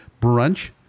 brunch